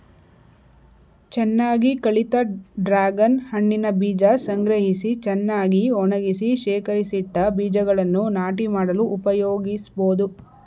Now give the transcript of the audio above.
ಚೆನ್ನಾಗಿ ಕಳಿತ ಡ್ರಾಗನ್ ಹಣ್ಣಿನ ಬೀಜ ಸಂಗ್ರಹಿಸಿ ಚೆನ್ನಾಗಿ ಒಣಗಿಸಿ ಶೇಖರಿಸಿಟ್ಟ ಬೀಜಗಳನ್ನು ನಾಟಿ ಮಾಡಲು ಉಪಯೋಗಿಸ್ಬೋದು